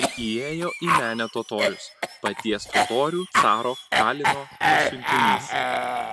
ir įėjo į menę totorius paties totorių caro kalino pasiuntinys